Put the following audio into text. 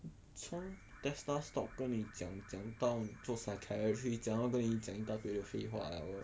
从 Tesla stock 跟你讲讲到做 psychiatrist 讲到跟你讲一大堆的废话了 lor